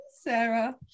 Sarah